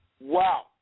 Wow